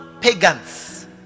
pagans